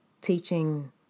teaching